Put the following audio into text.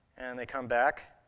and they come back.